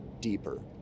deeper